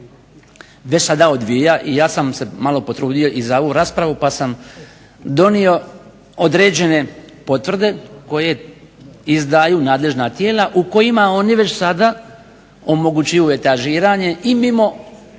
i gradnje, ja sam se malo potrudio za ovu raspravu pa sam donio određene potvrde koje izdaju nadležna tijela u kojima oni već sada omogućuju etažiranje i mimo